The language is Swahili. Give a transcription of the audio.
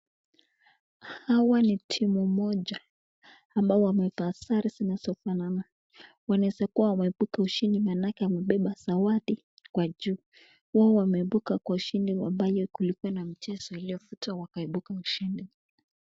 Hawa ni timu moja ambao wamevaa sare zilizo fanana, wanaeza kuwa wameibuka ushindi maanake wamebeba sawadi kwa juu. Wao wameibuka kwa ushindi ambaye kulikuwa na mchezo wa ile.. wakaibuka mshindi.